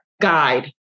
guide